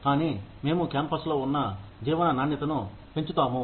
కానీ మేము క్యాంపస్ లో ఉన్న జీవన నాణ్యతను పెంచుతాము